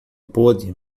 pôde